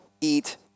eat